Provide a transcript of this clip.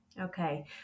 Okay